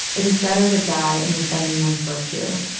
it is better to die in defending one's virtue.